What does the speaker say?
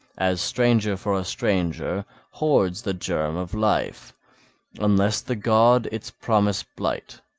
as stranger for a stranger, hoards the germ of life unless the god its promise blight.